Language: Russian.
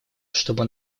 чтобы